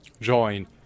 join